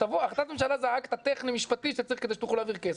החלטת ממשלה זה האקט הטכני משפטי שצריך כדי שתוכלו להעביר כסף.